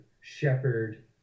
shepherd